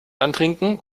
antrinken